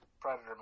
Predator